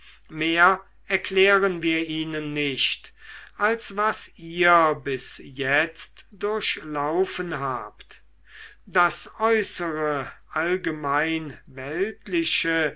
mehr erklären wir ihnen nicht als was ihr bis jetzt durchlaufen habt das äußere allgemein weltliche